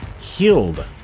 healed